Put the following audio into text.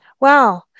Wow